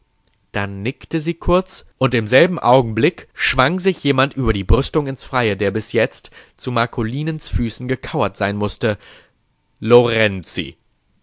dann nickte sie kurz und im selben augenblick schwang sich jemand über die brüstung ins freie der bis jetzt zu marcolinens füßen gekauert sein mußte lorenzi